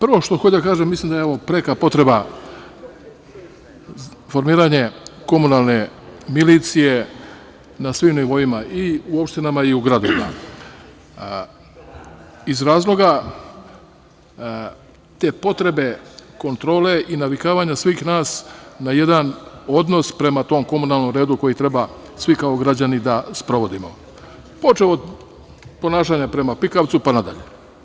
Prvo što hoću da kažem, mislim da je ovo preka potreba formiranje komunalne milicije na svim nivoima i u opštinama i u gradovima, iz razloga te potrebe kontrole i navikavanja svih na jedan odnos prema tom komunalnom redu koji treba svi kao građani da sprovodimo, počev od ponašanja prema pikavcu pa nadalje.